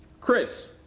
Chris